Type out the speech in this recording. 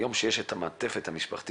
היום יש את המעטפת המשפחתית,